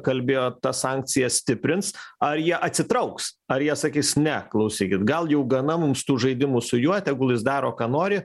kalbėjot tas sankcijas stiprins ar jie atsitrauks ar jie sakys ne klausykit gal jau gana mums tų žaidimų su juo tegul jis daro ką nori